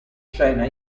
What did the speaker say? scena